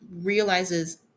realizes